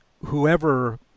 whoever